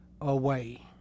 away